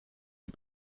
die